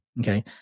okay